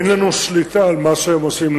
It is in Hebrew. אין לנו שליטה על מה שהם עושים,